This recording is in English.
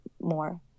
more